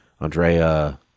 Andrea